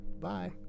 Bye